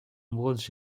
nombreuses